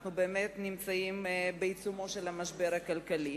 אנחנו באמת נמצאים בעיצומו של המשבר הכלכלי,